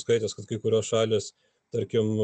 skaitęs kad kai kurios šalys tarkim